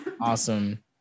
awesome